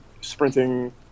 sprinting